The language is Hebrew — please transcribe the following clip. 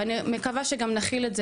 ואני מקווה שגם נכיל את זה.